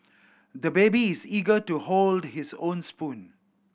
the baby is eager to hold his own spoon